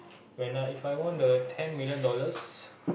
when If I want a ten million dollars